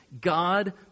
God